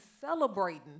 celebrating